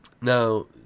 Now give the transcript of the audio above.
Now